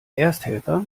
ersthelfer